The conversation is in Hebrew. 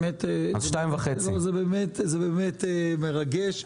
עד 2:30. זה באמת מרגש.